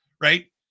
right